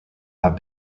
have